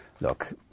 look